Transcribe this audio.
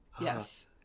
Yes